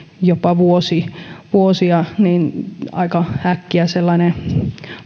jopa vuosia niin näemme että aika äkkiä sellainen